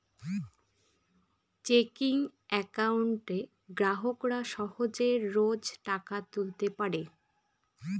checking একাউন্টে গ্রাহকরা সহজে রোজ টাকা তুলতে পারে